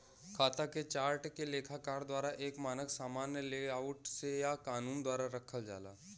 खाता के चार्ट के लेखाकार द्वारा एक मानक सामान्य लेआउट से या कानून द्वारा रखल जाला